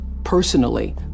personally